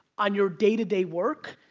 on your day-to-day work,